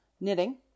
knitting